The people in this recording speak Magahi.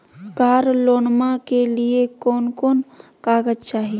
कार लोनमा के लिय कौन कौन कागज चाही?